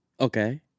okay